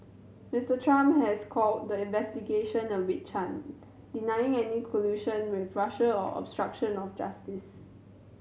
Mister Trump has called the investigation a witch hunt denying any collusion with Russia or obstruction of justice